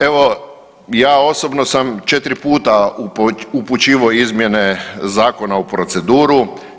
Evo ja osobno sam 4 puta upućivao izmjene zakona u proceduru.